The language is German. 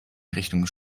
richtung